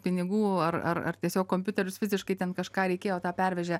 pinigų ar ar ar tiesiog kompiuterius fiziškai ten kažką reikėjo tą pervežė